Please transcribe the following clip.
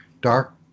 dark